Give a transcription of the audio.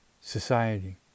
society